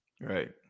right